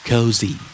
Cozy